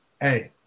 Hey